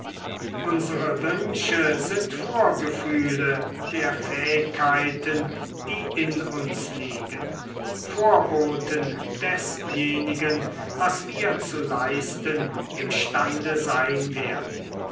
unsere wünsche sind vorgefühle der fähigkeiten die in uns liegen vorboten desjenigen was wir zu leisten imstande sein werden